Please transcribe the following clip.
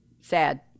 Sad